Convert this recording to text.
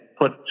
put